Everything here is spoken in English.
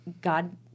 God